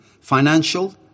financial